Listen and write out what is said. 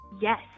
Yes